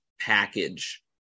package